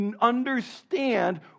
understand